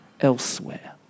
elsewhere